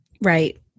Right